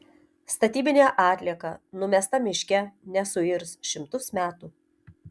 statybinė atlieka numesta miške nesuirs šimtus metų